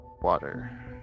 Water